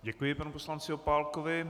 Děkuji panu poslanci Opálkovi.